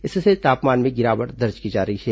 इससे तापमान में गिरावट दर्ज की जा रही है